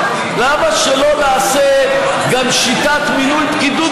למה שלא נעשה גם שיטת מינוי פקידות